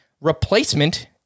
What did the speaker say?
replacement